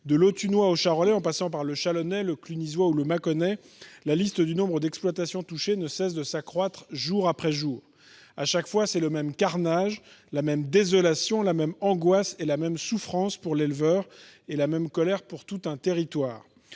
De l’Autunois au Charolais en passant par le Châlonnais, le Clunisois et le Mâconnais, la liste des exploitations touchées s’allonge jour après jour. Chaque fois, c’est le même carnage, la même désolation, la même angoisse et la même souffrance pour l’éleveur, la même colère pour tout un territoire.